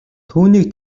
түүнийг